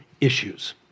issues